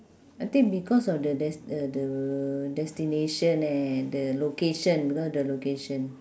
I think because of the des~ uh the destination eh the location because of the location